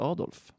Adolf